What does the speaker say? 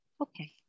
Okay